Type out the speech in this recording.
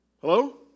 Hello